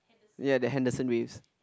ya the Henderson-Waves